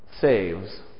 saves